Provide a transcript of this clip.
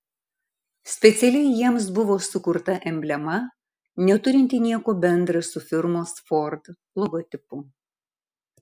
specialiai jiems buvo sukurta emblema neturinti nieko bendra su firmos ford logotipu